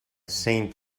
saint